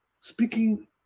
speaking